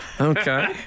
Okay